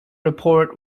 report